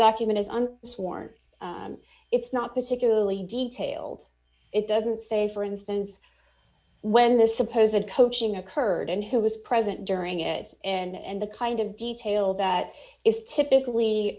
document is on sworn it's not particularly detailed it doesn't say for instance when this suppose a coaching occurred and who was present during its and the kind of detail that is typically